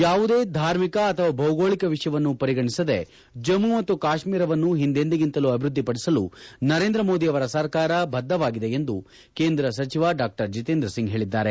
ಯಾವುದೇ ಧಾರ್ಮಿಕ ಅಥವಾ ಭೌಗೋಳಕ ವಿಷಯವನ್ನು ಪರಿಗಣಿಸದೇ ಜಮ್ನು ಮತ್ತು ಕಾಶ್ಮೀರವನ್ನು ಹಿಂದೆಂದಿಗಿಂತಲೂ ಅಭಿವ್ಯದ್ದಿಪಡಿಸಲು ನರೇಂದ್ರ ಮೋದಿ ಅವರ ಸರ್ಕಾರ ಬದ್ದವಾಗಿದೆ ಎಂದು ಕೇಂದ್ರ ಸಚಿವ ಡಾ ಜಿತೇಂದ್ರ ಸಿಂಗ್ ಹೇಳಿದ್ದಾರೆ